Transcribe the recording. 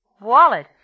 Wallet